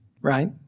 right